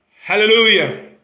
Hallelujah